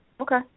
Okay